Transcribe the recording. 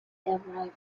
arriving